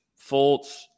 Fultz